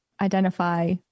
identify